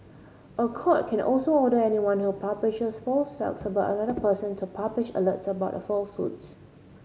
a court can also order anyone who publishes false facts about another person to publish alerts about the falsehoods